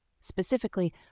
Specifically